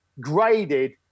graded